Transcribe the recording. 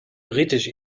britisch